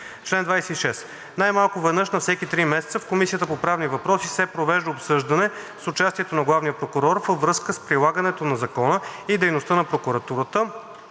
„Чл. 26. Най-малко веднъж на всеки три месеца в Комисията по правни въпроси се провежда обсъждане с участието на главния прокурор във връзка с прилагането на закона и дейността на прокуратурата